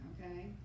okay